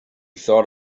thought